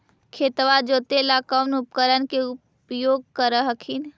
खेतबा जोते ला कौन उपकरण के उपयोग कर हखिन?